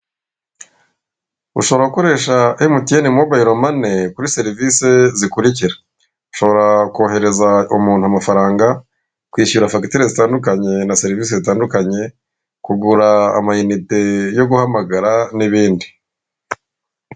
Ushobora abakoresha emutiyene mobayiro mani kuri serivisi zikurikira: ushobora koherereza umuntu amafaranga, kwishyura fagitire zitandukanye, na serivisi zitandukanye, kugura amayinite yo guhamagara, n'ibindi.